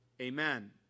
amen